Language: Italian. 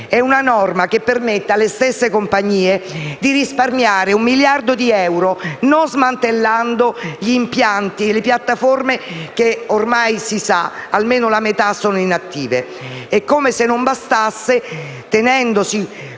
e una norma che permette alle stesse compagnie di risparmiare un miliardo di euro non smantellando gli impianti e le piattaforme che, ormai si sa, almeno per la metà sono inattive. E, come se non bastasse, tenendosi,